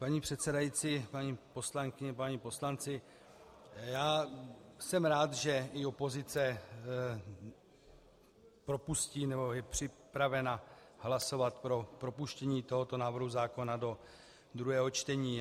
Paní předsedající, paní poslankyně, páni poslanci, já jsem rád, že i opozice propustí nebo je připravena hlasovat pro propuštění tohoto návrhu zákona do druhého čtení.